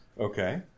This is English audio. okay